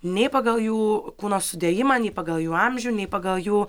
nei pagal jų kūno sudėjimą nei pagal jų amžių nei pagal jų